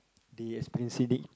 the experiencing league